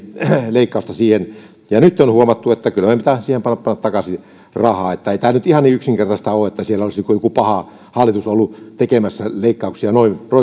leikkausta siihen nyt on huomattu että kyllä meidän pitää panna siihen takaisin rahaa ei tämä nyt ihan niin yksinkertaista ole että siellä olisi joku paha hallitus ollut tekemässä leikkauksia